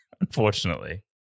unfortunately